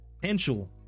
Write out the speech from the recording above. potential